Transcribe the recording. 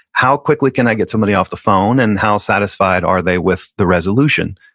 how quickly can i get somebody off the phone? and how satisfied are they with the resolution?